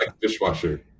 Dishwasher